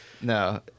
No